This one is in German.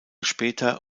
später